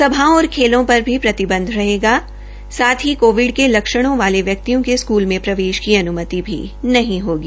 सभाओं और खेलों पर भी प्रतिबंध रहेगा साथ ही कोविड के लक्ष्णों वाले व्यक्तियों के स्कूल में प्रवेश की अनुमति भी नहीं होगी